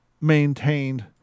maintained